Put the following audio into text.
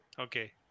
Okay